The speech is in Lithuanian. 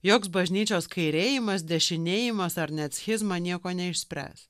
joks bažnyčios kairėjimas dešinėjimas ar net schizma nieko neišspręs